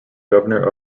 governor